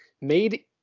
made